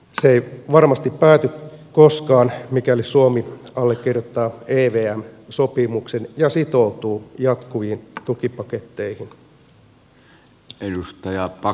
se ei varmasti pääty koskaan mikäli suomi allekirjoittaa evm sopimuksen ja sitoutuu jatkuviin tukipaketteihin